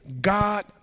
God